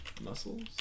muscles